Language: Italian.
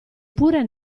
pure